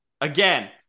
again